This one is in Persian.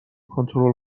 کنترل